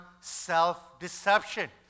self-deception